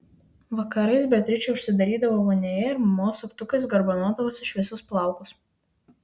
vakarais beatričė užsidarydavo vonioje ir mamos suktukais garbanodavosi šviesius plaukus